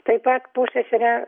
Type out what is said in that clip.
taip pat pusseserę